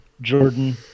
Jordan